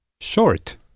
Short